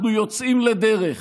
אנחנו יוצאים לדרך